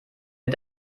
mit